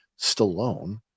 Stallone